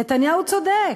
נתניהו צודק,